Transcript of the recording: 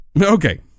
Okay